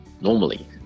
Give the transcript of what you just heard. normally